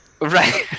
Right